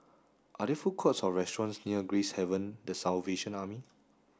are there food courts or restaurants near Gracehaven the Salvation Army